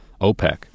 OPEC